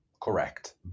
correct